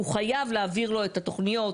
הוא חייב להעביר לו את התוכניות,